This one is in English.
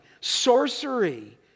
sorcery